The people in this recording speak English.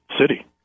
city